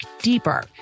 deeper